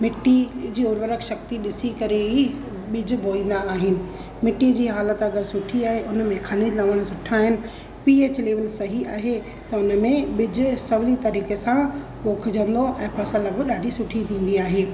मिटी जी overall शक्ति ॾिसी करे ई ॿिजु बोईंदा आहिनि मिटीअ जी हालत अगरि सुठी आहे उन में खनिज लहण सुठा आहिनि पी एच लेवल सही आहे त उन में ॿिजु सवली तरीक़े सां पोखिजंदो ऐं फ़सुलु बि ॾाढी सुठी थींदी आहे